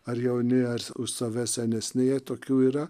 ar jauni ar už save senesnėje tokių yra